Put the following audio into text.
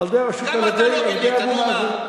על-ידי אבו מאזן.